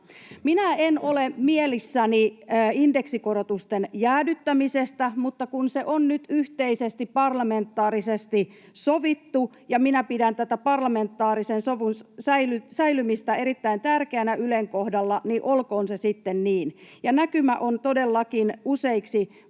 Minä en ole mielissäni indeksikorotusten jäädyttämisestä, mutta kun se on nyt yhteisesti parlamentaarisesti sovittu ja minä pidän tätä parlamentaarisen sovun säilymistä erittäin tärkeänä Ylen kohdalla, niin olkoon se sitten niin. Näkymä on todellakin useiksi